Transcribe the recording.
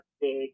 big